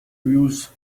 views